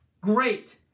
Great